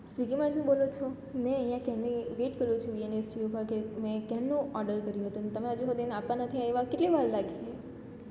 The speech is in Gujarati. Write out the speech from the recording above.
સ્વિગીમાંથી બોલો છો મેં અહીંયા ક્યારની વેટ કરું છું યુનિવસિટી ઉપર કે મેં ક્યારનો ઓડર કર્યો કર્યો હતો અને તમે હજુ સુધી આપવા નથી આવ્યા કેટલી વાર લાગશે